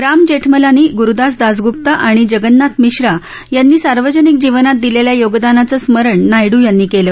राम जेठमलानी ग्रूदास दासगुप्ता आणि जगन्नाथ मिश्रा यानी सार्वजनिक जीवनात दिलेल्या योगदानाचं स्मरण नाय़डू यांनी केलं